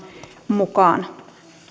mukaan